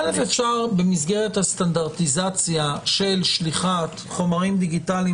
אפשר במסגרת הסטנדרטיזציה של שליחת חומרים דיגיטליים